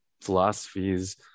philosophies